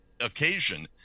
occasion